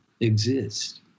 exist